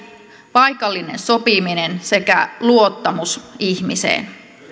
paikallinen sopiminen sekä luottamus ihmiseen